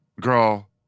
Girl